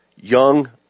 young